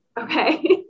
Okay